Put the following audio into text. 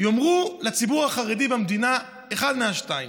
יאמרו לציבור החרדי במדינה אחת מהשתיים: